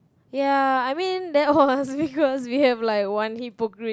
ya I mean that was because we have like one hypocrite